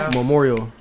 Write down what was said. memorial